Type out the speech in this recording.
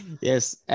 Yes